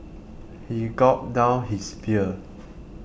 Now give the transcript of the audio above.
he gulped down his beer